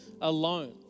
alone